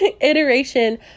iteration